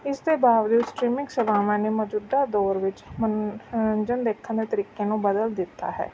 ਇਸ ਦੇ ਬਾਵਜੂਦ ਸਟ੍ਰੀਮਿੰਗ ਸੇਵਾਵਾਂ ਨੇ ਮੌਜੂਦਾ ਦੌਰ ਵਿੱਚ ਮਨ ਮਨੋਰੰਜਨ ਦੇਖਣ ਦੇ ਤਰੀਕੇ ਨੂੰ ਬਦਲ ਦਿੱਤਾ ਹੈ